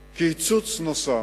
על קיצוץ נוסף,